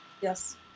Yes